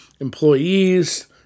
employees